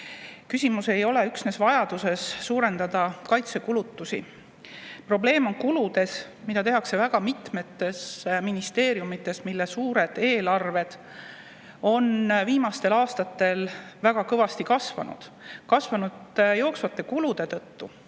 Küsimus ei ole üksnes vajaduses suurendada kaitsekulutusi. Probleem on kuludes, mida tehakse mitmes ministeeriumis, mille suured eelarved on viimastel aastatel väga kõvasti kasvanud. Ja kasvanud jooksvate kulude tõttu